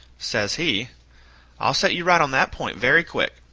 says he i'll set you right on that point very quick.